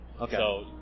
Okay